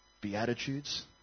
Beatitudes